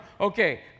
okay